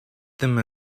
them